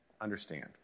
understand